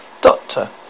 Doctor